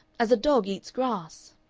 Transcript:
as a dog eats grass.